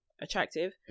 attractive